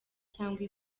cyangwa